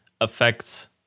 affects